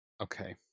Okay